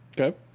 Okay